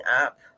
up